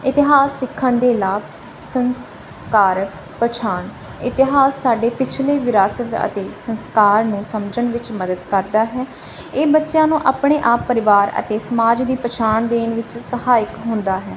ਇਤਿਹਾਸ ਸਿੱਖਣ ਦੇ ਲਾਭ ਸੰਸਕਾਰਕ ਪਛਾਣ ਇਤਿਹਾਸ ਸਾਡੇ ਪਿਛਲੇ ਵਿਰਾਸਤ ਅਤੇ ਸੰਸਕਾਰ ਨੂੰ ਸਮਝਣ ਵਿੱਚ ਮਦਦ ਕਰਦਾ ਹੈ ਇਹ ਬੱਚਿਆਂ ਨੂੰ ਆਪਣੇ ਆਪ ਪਰਿਵਾਰ ਅਤੇ ਸਮਾਜ ਦੀ ਪਛਾਣ ਦੇਣ ਵਿੱਚ ਸਹਾਇਕ ਹੁੰਦਾ ਹੈ